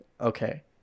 okay